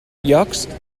llocs